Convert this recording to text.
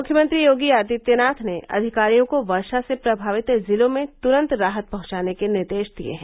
मुख्यमंत्री योगी आदित्यनाथ ने अधिकारियों को वर्षा से प्रमावित जिलों में तुरंत राहत पहुंचाने के निर्देश दिये हैं